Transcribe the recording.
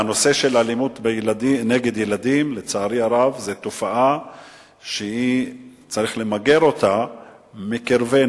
אלימות נגד ילדים היא תופעה שצריך למגר אותה מקרבנו.